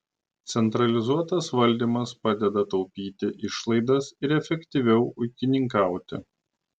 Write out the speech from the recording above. centralizuotas valdymas padeda taupyti išlaidas ir efektyviau ūkininkauti